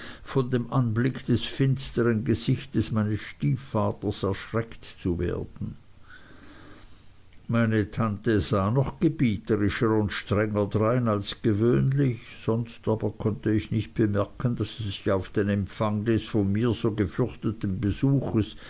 von dem anblick des finstern gesichtes meines stiefvaters erschreckt zu werden meine tante sah noch gebieterischer und strenger drein als gewöhnlich sonst aber konnte ich nicht bemerken daß sie sich auf den empfang des von mir so gefürchteten besuchs